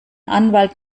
anwalt